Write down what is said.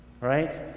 right